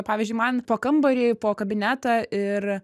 pavyzdžiui man po kambarį po kabinetą ir